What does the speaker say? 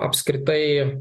o apskritai